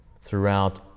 throughout